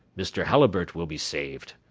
mr. halliburtt will be saved.